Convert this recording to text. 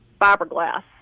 fiberglass